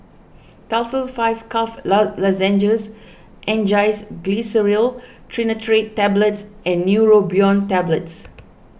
Tussils five Cough Lozenges Angised Glyceryl Trinitrate Tablets and Neurobion Tablets